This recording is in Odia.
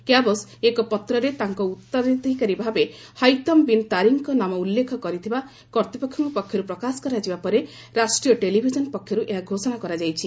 କ୍ୱାବୋସ ଏକ ପତ୍ରରେ ତାଙ୍କର ଉତ୍ତରାଧିକାରୀ ଭାବେ ହଇଥମ୍ ବିନ୍ ତାରିକ୍ଙ୍କ ନାମ ଉଲ୍ଲେଖ କରିଥିବା କର୍ତ୍ତପକ୍ଷଙ୍କ ପକ୍ଷରୁ ପ୍ରକାଶ କରାଯିବା ପରେ ରାଷ୍ଟ୍ରୀୟ ଟେଲିଭିଜନ୍ ପକ୍ଷରୁ ଏହା ଘୋଷଣା କରାଯାଇଛି